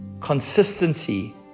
consistency